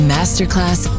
Masterclass